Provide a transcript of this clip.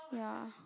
ya